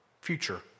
future